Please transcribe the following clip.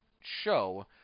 show